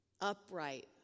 upright